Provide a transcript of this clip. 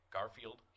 Garfield